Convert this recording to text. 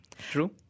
true